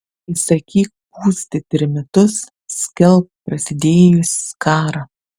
įsakyk pūsti trimitus skelbk prasidėjus karą